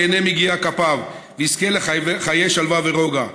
ייהנה מיגיע כפיו ויזכה לחיי שלווה ורוגע.